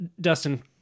Dustin